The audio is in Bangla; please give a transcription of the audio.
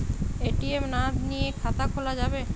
এ.টি.এম না নিয়ে খাতা খোলা যাবে?